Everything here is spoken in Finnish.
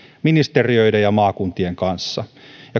ministeriöiden ja maakuntien kanssa